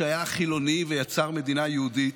שהיה חילוני ויצר מדינה יהודית,